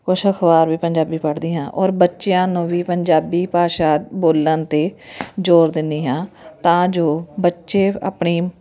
ਕੁਛ ਅਖ਼ਬਾਰ ਵੀ ਪੰਜਾਬੀ ਪੜ੍ਹਦੀ ਹਾਂ ਔਰ ਬੱਚਿਆਂ ਨੂੰ ਵੀ ਪੰਜਾਬੀ ਭਾਸ਼ਾ ਬੋਲਣ 'ਤੇ ਜ਼ੋਰ ਦਿੰਦੀ ਹਾਂ ਤਾਂ ਜੋ ਬੱਚੇ ਆਪਣੀ